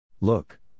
Look